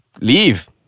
leave